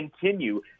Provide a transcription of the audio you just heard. continue